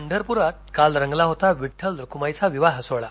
पंढरपूरात काल रंगला होता विड्डल रख्माईचा विवाह सोहळा